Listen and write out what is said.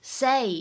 say